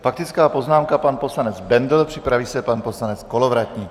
Faktická poznámka pan poslanec Bendl, připraví se pan poslanec Kolovratník.